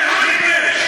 לא רק להתבייש.